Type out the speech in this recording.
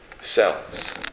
selves